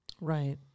Right